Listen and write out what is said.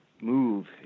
move